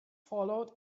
followed